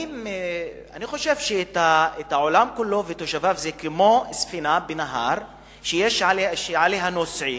אני חושב שהעולם כולו ותושביו זה כמו ספינה בנהר שיש עליה נוסעים,